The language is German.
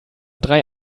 drei